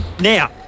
Now